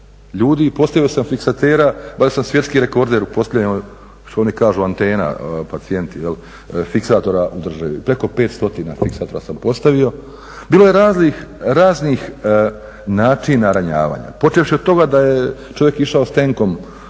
ljudi i postavio sam fiksatora bar sam svjetski rekorder u postavljaju, što oni kažu antena, pacijenti, fiksatora u državi, preko 5 stotina fiksatora sam postavio. Bilo je raznih načina ranjavanja. Počevši od toga da je čovjek išao s tenkom u